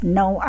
no